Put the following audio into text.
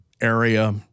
area